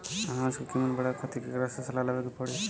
अनाज क कीमत बढ़ावे खातिर केकरा से सलाह लेवे के पड़ी?